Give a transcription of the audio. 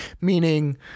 meaning